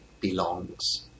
belongs